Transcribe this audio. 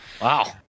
Wow